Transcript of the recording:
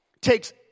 takes